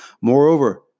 Moreover